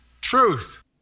truth